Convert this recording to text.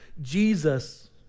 Jesus